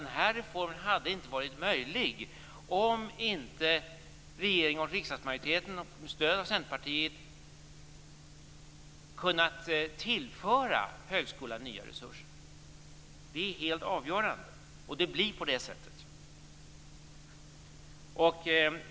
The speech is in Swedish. Den här reformen hade inte varit möjlig om inte regeringen och riksdagsmajoriteten, med stöd av Centerpartiet, kunnat tillföra högskolan nya resurser. Det är helt avgörande, och det blir på det sättet.